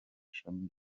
ishami